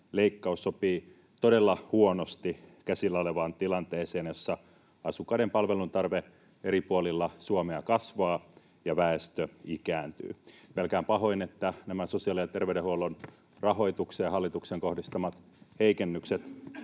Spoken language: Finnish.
leikkaus sopii todella huonosti käsillä olevaan tilanteeseen, jossa asukkaiden palveluntarve eri puolilla Suomea kasvaa ja väestö ikääntyy. Pelkään pahoin, että nämä hallituksen sosiaali‑ ja terveydenhuollon rahoitukseen kohdistamat heikennykset